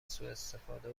سواستفاده